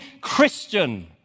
Christian